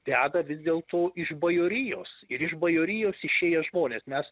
deda vis dėlto iš bajorijos ir iš bajorijos išėję žmonės mes